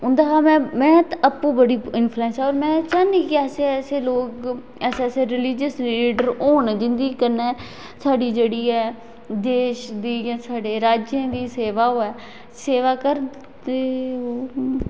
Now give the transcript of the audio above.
उं'दे शा में में आपूं बड़ी इन्फयूलैंस आं होर में एह् चाह्न्नी कि ऐसे ऐसे लोग ऐसे रिलिजिस लीडर होन जिंदे कन्नै साढ़ी जेह्ड़ी ऐ देश दी गी साढ़े राज्यें दी सेवा होऐ सेवा करन ते ओह्